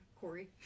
Corey